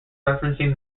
referencing